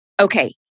okay